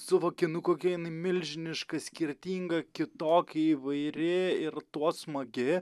suvoki nu kokia jinai milžiniška skirtinga kitokia įvairi ir tuo smagi